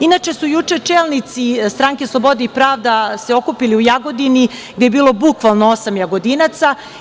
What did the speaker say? Inače su juče čelnici stranke Slobode i pravde se okupili u Jagodini gde je bilo bukvalno osam Jagodinaca.